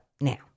now